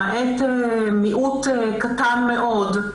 למעט מיעוט קטן מאוד,